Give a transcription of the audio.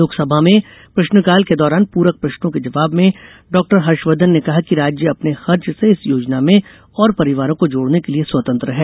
लोकसभा में प्रश्नकाल के दौरान पूरक प्रश्नो के जवाब में डॉ हर्षवर्धन ने कहा कि राज्य अपने खर्च से इस योजना में और परिवारों को जोड़ने के लिए स्वतंत्र हैं